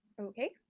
Okay